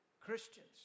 Christians